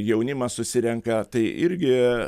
jaunimas susirenka tai irgi